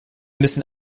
müssen